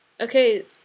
okay